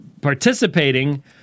participating